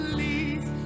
Please